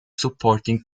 supporting